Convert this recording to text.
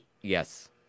Yes